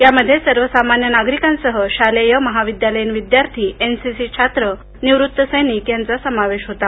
यामध्य स्विवसामान्य नागरिकांसह शालघ्या महाविद्यालयीन विद्यार्थी एनसीसी छात्र निवृत्त सैनिक यांचा समावधीहोता